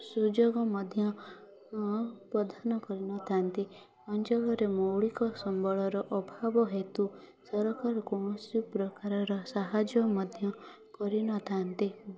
ସୁଯୋଗ ମଧ୍ୟ ପ୍ରଧାନ କରିନଥାନ୍ତି ଅଞ୍ଚଳରେ ମୌଳିକ ସମ୍ବଳର ଅଭାବ ହେତୁ ସରକାର କୌଣସି ପ୍ରକାରର ସାହାଯ୍ୟ ମଧ୍ୟ କରିନଥାନ୍ତି